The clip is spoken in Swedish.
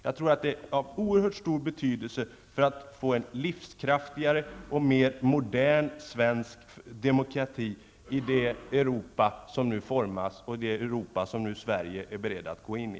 Jag tror att det är av oerhört stor betydelse för att vi skall få en livskraftigare och modernare svensk demokrati i det Europa som nu formas, det Europa som vi i Sverige nu är beredda att gå in i.